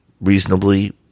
reasonably